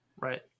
Right